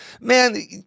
man